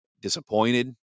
disappointed